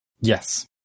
Yes